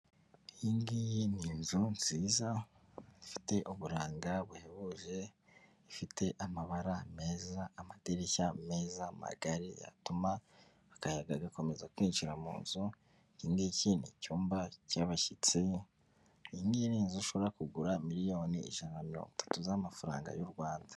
Iyi ngiyi ni inzu nziza ifite uburanga buhebuje, ifite amabara meza, amadirishya meza magari, atuma akayaga gakomeza kwinjira mu nzu, iki ngiki ni cyumba cyabashyitsi. Iyi ngiyi ni inzu ushobora kugura miliyoni ijana na mirongo itatu z'amafaranga y'u Rwanda.